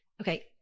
okay